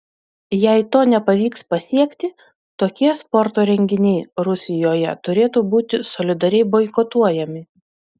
jei to nepavyks pasiekti tokie sporto renginiai rusijoje turėtų būti solidariai boikotuojami